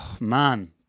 man